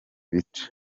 bice